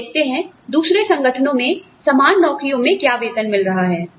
हम देखते हैं दूसरे संगठनों में समान नौकरियों में क्या वेतन मिल रहा है